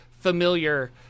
familiar